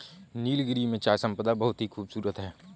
नीलगिरी में चाय संपदा बहुत ही खूबसूरत है